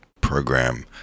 program